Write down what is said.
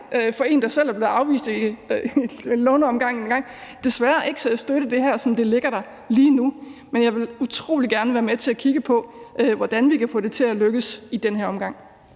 som en, der selv engang er blevet nægtet et lån, sige, at jeg desværre ikke kan støtte det her, men jeg vil utrolig gerne være med til at kigge på, hvordan vi kan få det til at lykkes i den her omgang.